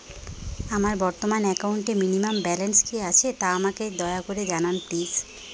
আমার বর্তমান একাউন্টে মিনিমাম ব্যালেন্স কী আছে তা আমাকে দয়া করে জানান প্লিজ